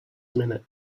minute